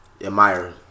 admire